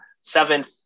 seventh